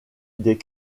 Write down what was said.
des